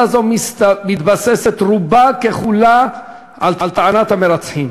זו מתבססת רובה ככולה על טענת המרצחים